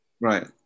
Right